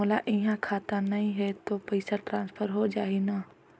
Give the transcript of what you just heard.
मोर इहां खाता नहीं है तो पइसा ट्रांसफर हो जाही न?